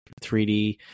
3D